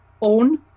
own